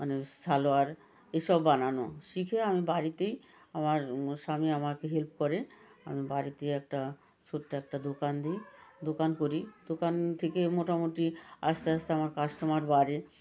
মানে সালোয়ার এসব বানানো শিখে আমি বাড়িতেই আমার স্বামী আমাকে হেল্প করে আমি বাড়িতেই একটা ছোট্ট একটা দোকান দিই দোকান করি দোকান থেকে মোটামুটি আস্তে আস্তে আমার কাস্টমার বাড়ে